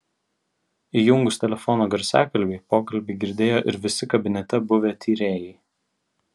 įjungus telefono garsiakalbį pokalbį girdėjo ir visi kabinete buvę tyrėjai